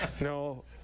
No